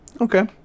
Okay